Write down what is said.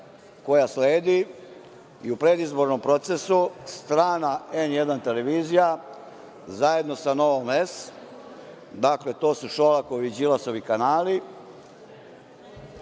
koja sledi i u predizbornom procesu strana N1 televizija, zajedno sa Nova S, dakle, to su Šolakovi i Đilasovi kanali,